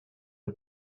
the